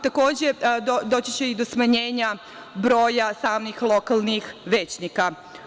Takođe, doći će i do smanjenja broja samih lokalnih većnika.